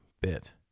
bit